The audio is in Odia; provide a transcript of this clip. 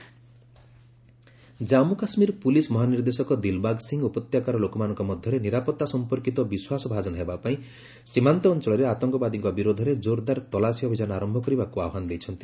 JK DGP Jammu Kashmir police ମହାନିର୍ଦ୍ଦେଶକ ଦିଲ୍ବାଗ୍ ସିଂହ ଉପତ୍ୟକାର ଲୋକମାନଙ୍କ ମଧ୍ୟରେ ନିରାପତ୍ତା ସମ୍ପର୍କିତ ବିଶ୍ୱାସଭାଜନ ହେବାପାଇଁ ସୀମାନ୍ତ ଅଞ୍ଚଳରେ ଆତଙ୍କବାଦୀଙ୍କ ବିରୋଧରେ କୋର୍ଦାର ତଲାସି ଅଭିଯାନ ଆରମ୍ଭ କରିବାକୁ ଆହ୍ୱାନ ଦେଇଛନ୍ତି